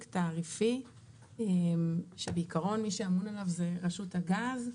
תעריפי שבעיקרון מי שאמון עליו זאת רשות הגז.